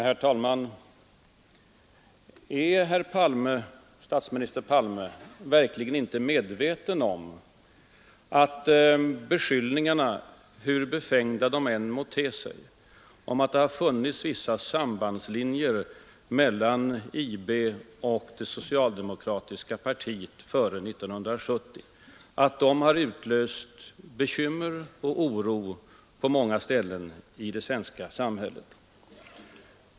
Herr talman! Är statsminister Palme verkligen inte medveten om att beskyllningarna — hur befängda de än må te sig — om att det har funnits vissa sambandslinjer mellan IB och det socialdemokratiska partiet före 1970 har utlöst bekymmer och oro på många ställen i det svenska samhället?